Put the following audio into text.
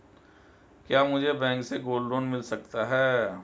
क्या मुझे बैंक से गोल्ड लोंन मिल सकता है?